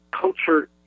culture